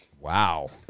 Wow